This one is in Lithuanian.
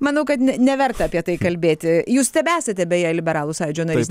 manau kad neverta apie tai kalbėti jūs tebesate beje liberalų sąjūdžio narys